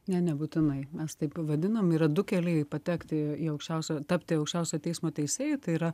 ne nebūtinai mes taip vadinam yra du keliai patekti į aukščiausiojo tapti aukščiausiojo teismo teisėju tai yra